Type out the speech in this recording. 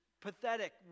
pathetic